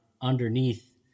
underneath